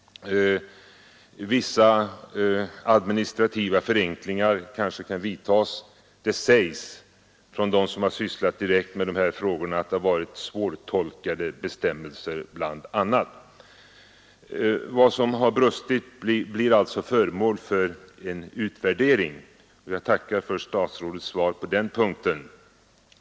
Vissa administrativa förenklingar kanske kan vidtas. Det sägs från dem som har sysslat direkt med de här frågorna att det bl.a. har varit en del svårtolkade bestämmelser. Vad som har förevarit blir alltså föremål för en utvärdering, och jag tackar för statsrådets svar på den punkten.